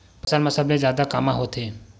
फसल मा सबले जादा कामा होथे?